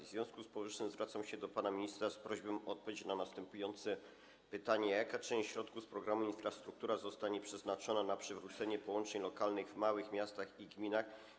W związku z powyższym zwracam się do pana ministra z prośbą o odpowiedzi na następujące pytania: Jaka część środków z programu „Infrastruktura” zostanie przeznaczona na przywrócenie połączeń lokalnych w małych miastach i gminach?